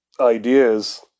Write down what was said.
ideas